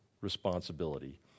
responsibility